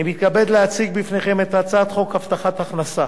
אני מתכבד להציג בפניכם את הצעת חוק הבטחת הכנסה